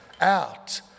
out